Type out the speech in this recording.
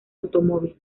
automóvil